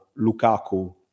Lukaku